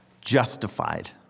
justified